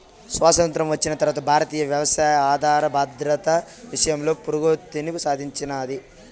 స్వాతంత్ర్యం వచ్చిన తరవాత భారతీయ వ్యవసాయం ఆహర భద్రత విషయంలో పురోగతిని సాధించినాది